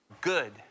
Good